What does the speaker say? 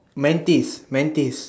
Mantis Mantis